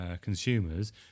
consumers